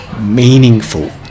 meaningful